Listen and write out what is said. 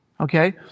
okay